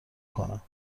کنم